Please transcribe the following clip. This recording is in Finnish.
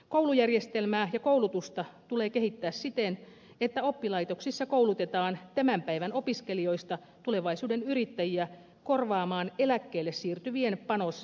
koulujärjestelmää ja koulutusta tulee kehittää siten että oppilaitoksissa koulutetaan tämän päivän opiskelijoista tulevaisuuden yrittäjiä korvaamaan eläkkeelle siirtyvien panos kansantaloudessamme